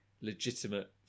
legitimate